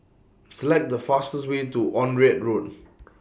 Select The fastest Way to Onraet Road